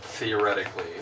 Theoretically